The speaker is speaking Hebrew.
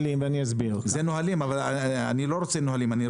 אלה נהלים אבל אני לא רוצה נהלים.